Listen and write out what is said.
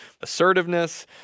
assertiveness